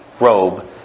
robe